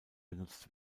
benutzt